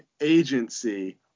agency